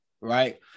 right